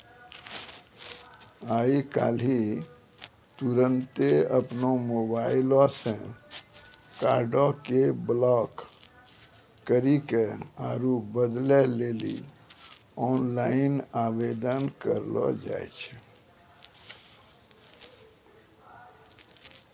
आइ काल्हि तुरन्ते अपनो मोबाइलो से कार्डो के ब्लाक करि के आरु बदलै लेली आनलाइन आवेदन करलो जाय छै